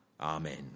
Amen